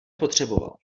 potřeboval